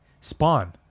Spawn